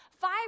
five